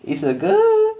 it's a girl